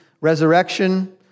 resurrection